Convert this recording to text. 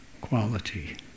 quality